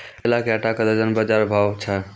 केला के आटा का दर्जन बाजार भाव छ?